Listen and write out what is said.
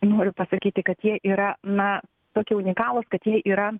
noriu pasakyti kad jie yra na tokie unikalūs kad jie yra